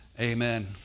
amen